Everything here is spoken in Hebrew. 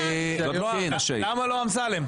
למה לא אמסלם?